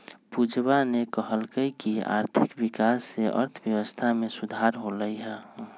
पूजावा ने कहल कई की आर्थिक विकास से अर्थव्यवस्था में सुधार होलय है